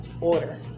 order